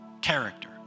character